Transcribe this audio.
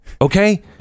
Okay